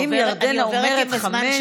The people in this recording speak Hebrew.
אם ירדנה אומרת חמש, אני עוברת עם הזמן שלי.